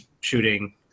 shooting